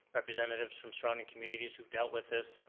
representatives from strong and communities who've dealt with this.